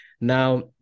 now